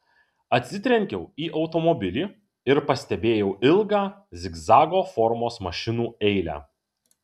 atsitrenkiau į automobilį ir pastebėjau ilgą zigzago formos mašinų eilę